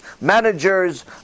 managers